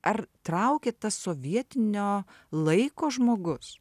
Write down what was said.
ar traukė tas sovietinio laiko žmogus